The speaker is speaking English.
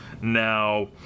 Now